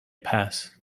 pass